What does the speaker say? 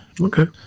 Okay